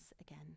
again